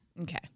Okay